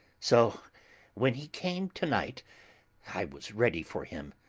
so when he came to-night i was ready for him.